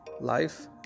Life